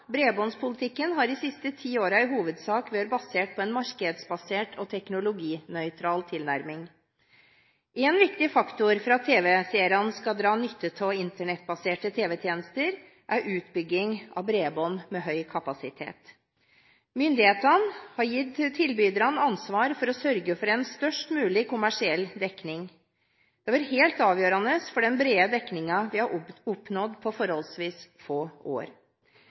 bredbåndspolitikken har de siste ti årene i hovedsak vært basert på en markedsbasert og teknologinøytral tilnærming. Én viktig faktor for at tv-seerne skal dra nytte av internettbaserte tv-tjenester, er utbygging av bredbånd med høy kapasitet. Myndighetene har gitt tilbyderne ansvar for å sørge for en størst mulig kommersiell dekning. Det har vært helt avgjørende for den brede dekningen vi har oppnådd på forholdsvis få år.